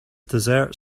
dessert